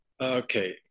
Okay